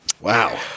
Wow